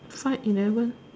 five eleven